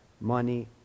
money